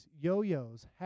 yo-yos